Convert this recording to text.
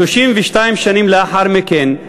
32 שנים לאחר מכן,